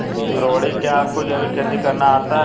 रोहिणी, क्या आपको जैविक खेती करना आता है?